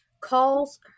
calls